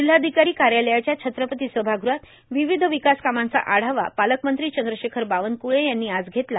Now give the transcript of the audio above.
जिल्हाधिकारां कायालयाच्या छत्रपती सभागृहात र्वावध र्वकास कामांचा आढावा पालकमंत्री चंद्रशेखर बावनकुळे यांनी आज घेतला